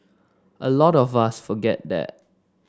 a lot of us forget that